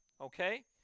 Okay